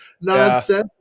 nonsense